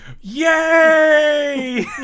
Yay